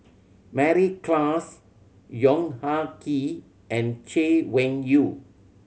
Mary Klass Yong Ah Kee and Chay Weng Yew